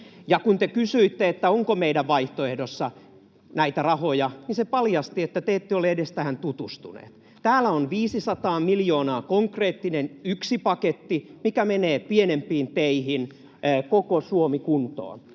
Ja kun te kysyitte, onko meidän vaihtoehdossa näitä rahoja, niin se paljasti, että te ette ole edes tähän tutustunut. Täällä on 500 miljoonaa, konkreettinen yksi paketti, mikä menee pienempiin teihin, ”Koko Suomi kuntoon”.